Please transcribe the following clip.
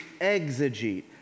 exegete